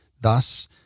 Thus